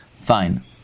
fine